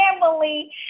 family